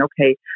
okay